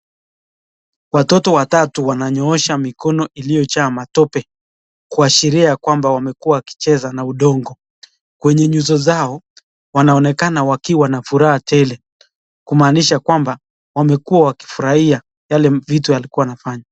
Watoto watatu wananyoosha mikono iliyojaa matope . Kuashiria ya kwamba wamekuwa wakicheza na udongo . Kwenye nyuso zao ,wanaonekana wakiwa na furaha tele. Kumaanisha kwamba wamekuwa wakifurahia yale vitu walikuwa wanafanya.